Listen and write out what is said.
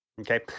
Okay